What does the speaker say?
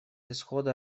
исхода